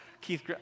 Keith